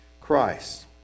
Christ